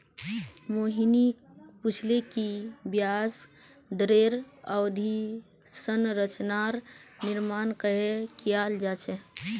मोहिनी पूछले कि ब्याज दरेर अवधि संरचनार निर्माण कँहे कियाल जा छे